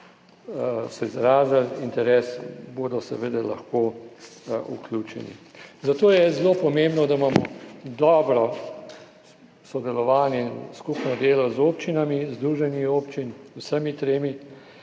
so izrazili interes, bodo seveda lahko vključeni. Zato je zelo pomembno, da imamo dobro sodelovanje in skupno delo z občinami, združenji občin, z vsemi tremi.